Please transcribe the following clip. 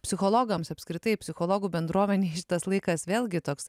psichologams apskritai psichologų bendruomenei šitas laikas vėlgi toks